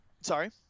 Sorry